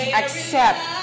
accept